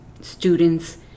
students